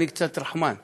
אני קצת רחמן.